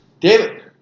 David